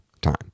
time